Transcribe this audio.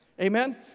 Amen